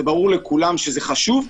וברור לכולם שזה חשוב,